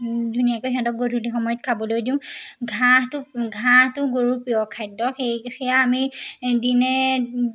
ধুনীয়াকৈ সিহঁতক গধূলি সময়ত খাবলৈ দিওঁ ঘাঁহটো ঘাঁহটো গৰুৰ প্ৰিয় খাদ্য সেই সেয়া আমি দিনে